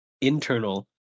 internal